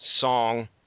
song